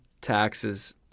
taxes